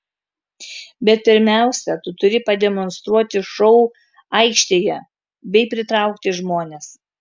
bet pirmiausia tu turi pademonstruoti šou aikštėje bei pritraukti žmones